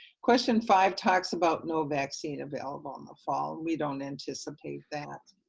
question five talks about no vaccine available in the fall. we don't anticipate that,